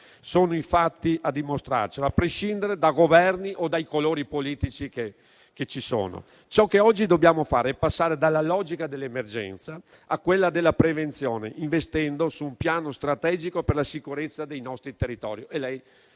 Sono i fatti a dimostrarlo, e questo a prescindere dai Governi o dai colori politici che prevalgono. Ciò che oggi dobbiamo fare è passare dalla logica dell'emergenza a quella della prevenzione, investendo su un piano strategico per la sicurezza dei nostri territori.